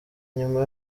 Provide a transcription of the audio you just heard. nyuma